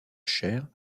chaire